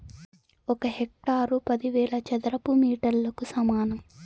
ఒక హెక్టారు పదివేల చదరపు మీటర్లకు సమానం